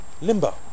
limbo